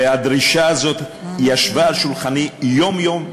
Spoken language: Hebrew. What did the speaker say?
והדרישה הזאת ישבה על שולחני יום-יום,